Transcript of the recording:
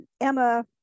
Emma